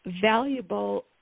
valuable